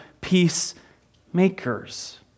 peacemakers